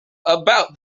about